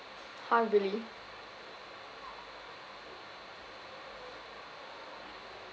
ah really